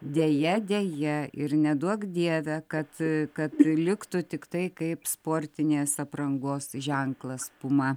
deja deja ir neduok dieve kad kad liktų tiktai kaip sportinės aprangos ženklas puma